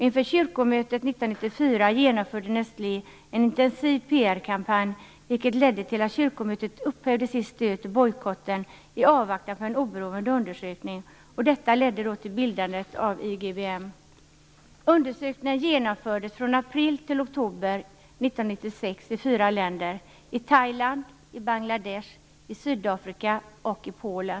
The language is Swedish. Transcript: Inför kyrkomötet 1994 genomförde Nestlé en intensiv PR-kampanj, vilket ledde till att kyrkomötet upphävde sitt stöd till bojkotten i avvaktan på en oberoende undersökning, och detta ledde till bildandet av IGBM. Undersökningen genomfördes från april till oktober 1996 i fyra länder: Thailand, Bangladesh, Sydafrika och Polen.